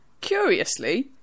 curiously